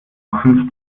fünf